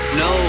no